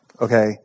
Okay